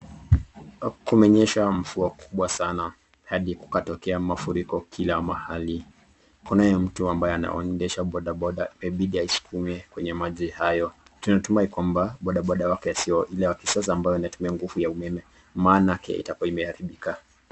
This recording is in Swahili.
Kumenyesha mvua kubwa sana hadi kukatokea mafuriko kila mahali. Kunaye mtu ambaye anayoendesha bodaboda inabidi aisukume kwenye maji hayo. Tunatumai kwamba bodaboda yake siyo ile ya kisasa inayotumia nguvu ya umeme, maanake itakuwa imeharibika.